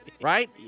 right